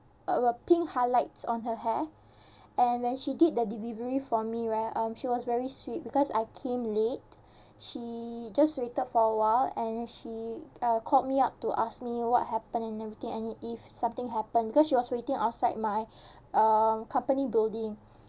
uh pink highlights on her hair and when she did the delivery for me right um she was very sweet because I came late she just waited for awhile and she uh called me up to ask me what happened and everything and if something happened because she was waiting outside my um company building